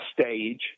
stage